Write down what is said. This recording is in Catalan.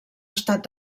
estat